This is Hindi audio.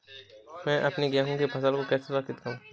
मैं अपनी गेहूँ की फसल को कैसे सुरक्षित करूँ?